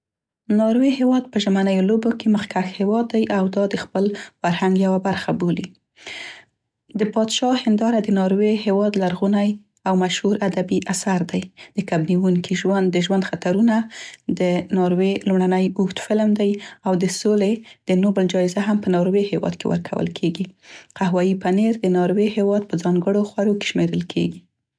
( ناروې هیواد په ژمنیو لوبو کې مخکښ هیواد دی او دا د خپل فرهنګ یوه برخه بولي. د (د پادشاه هینداره د ناورې هیواد لرغونی او مشهور ادبي اثر دی(د کب نیونکي ژوند، د ژوند خطرونه) د ناورې لومړنی اوږد فلم دی او د سولې د نوبل جایزه هم په ناروې هیواد کې ورکول کیګي. قهوه یي پنیر د ناروې هیواد په ځانګړو خوړو کې شمیرل کیګي.